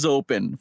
open